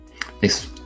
Thanks